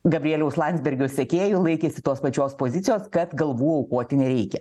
gabrieliaus landsbergio sekėjų laikėsi tos pačios pozicijos kad galvų aukoti nereikia